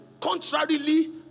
contrarily